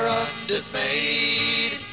undismayed